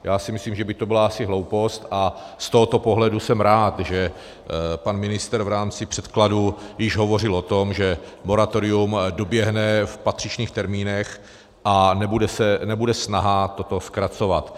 Já si myslím, že by to byla asi hloupost, a z tohoto pohledu jsem rád, že pan ministr v rámci předkladu již hovořil o tom, že moratorium doběhne v patřičných termínech a nebude snaha toto zkracovat.